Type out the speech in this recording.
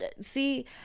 see